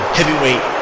Heavyweight